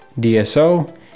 DSO